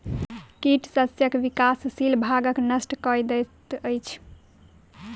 कीट शस्यक विकासशील भागक नष्ट कय दैत अछि